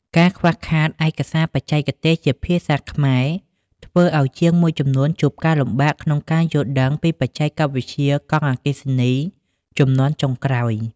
ការខ្វះខាតឯកសារបច្ចេកទេសជាភាសាខ្មែរ ធ្វើឱ្យជាងមួយចំនួនជួបការលំបាកក្នុងការយល់ដឹងពីបច្ចេកវិទ្យាកង់អគ្គិសនីជំនាន់ចុងក្រោយ។